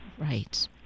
Right